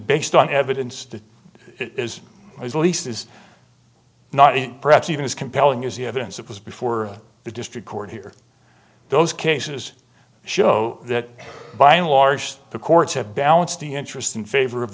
based on evidence that is as least is not perhaps even as compelling as the evidence that was before the district court here those cases show that by and large the courts have balanced the interest in favor of